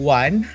one